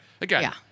Again